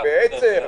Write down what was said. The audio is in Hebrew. בעצר?